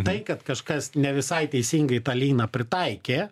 tai kad kažkas ne visai teisingai tą lyną pritaikė